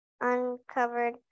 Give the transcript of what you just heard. uncovered